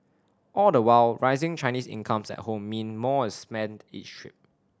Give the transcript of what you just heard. all the while rising Chinese incomes at home mean more is spent each trip